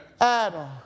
Adam